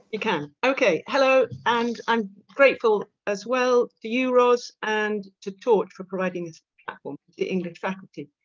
you can okay. hello and i'm grateful as well to you ros and to torch for providing this platform with the english faculty.